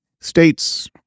States